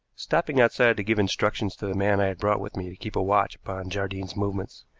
stopping outside to give instructions to the man i had brought with me to keep a watch upon jardine's movements.